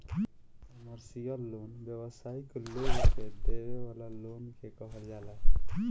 commercial loan व्यावसायिक लोग के देवे वाला लोन के कहल जाला